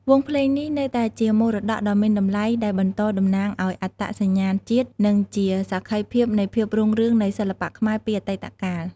វង់ភ្លេងនេះនៅតែជាមរតកដ៏មានតម្លៃ ដែលបន្តតំណាងឱ្យអត្តសញ្ញាណជាតិ និងជាសក្ខីភាពនៃភាពរុងរឿងនៃសិល្បៈខ្មែរពីអតីតកាល។